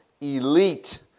elite